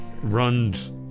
runs